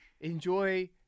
enjoy